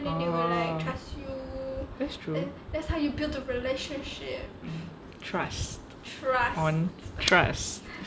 ah that's true trust on trust